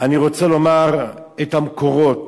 אני רוצה לומר את המקורות